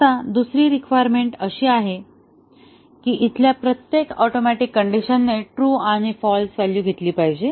आता दुसरी रिक्वायरमेंट अशी आहे की इथल्या प्रत्येक ऍटोमिक कंडिशनने ट्रू आणि फाल्स व्हॅल्यू घेतली पाहिजे